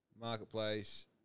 Marketplace